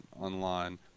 online